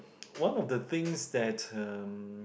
one of the things that um